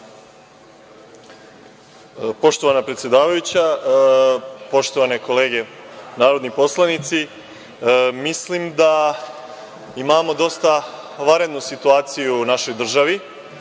Poštovana predsedavajuća, poštovane kolege narodni poslanici, mislim da imamo dosta vanrednu situaciju u našoj državi